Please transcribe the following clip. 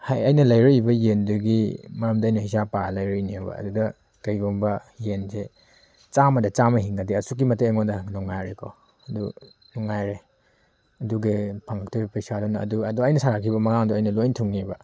ꯑꯩꯅ ꯂꯩꯔꯛꯏꯕ ꯌꯦꯟꯗꯨꯒꯤ ꯃꯔꯝꯗ ꯑꯩꯅ ꯍꯤꯡꯁꯥꯞ ꯄꯥꯔꯒ ꯂꯩꯔꯛꯏꯅꯦꯕ ꯑꯗꯨꯗ ꯀꯩꯒꯨꯝꯕ ꯌꯦꯟꯁꯦ ꯆꯥꯝꯃꯗ ꯆꯥꯝꯃ ꯍꯤꯡꯉꯗꯤ ꯑꯁꯨꯛꯀꯤ ꯃꯇꯤꯛ ꯑꯩꯉꯣꯟꯗ ꯅꯨꯡꯉꯥꯏꯔꯦꯀꯣ ꯑꯗꯨ ꯅꯨꯡꯉꯥꯏꯔꯦ ꯑꯗꯨꯒ ꯐꯪꯉꯛꯇꯧꯔꯤꯕ ꯄꯩꯁꯥꯗꯨꯅ ꯑꯗꯨ ꯑꯩꯅ ꯁꯥꯒꯠꯈꯤꯕ ꯃꯪꯂꯥꯟꯗꯣ ꯑꯩꯅ ꯂꯣꯏ ꯊꯨꯡꯅꯦꯕ